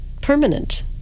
permanent